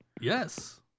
Yes